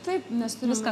taip nes tu viską